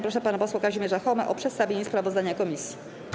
Proszę pana posła Kazimierza Chomę o przedstawienie sprawozdania komisji.